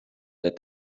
that